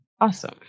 Awesome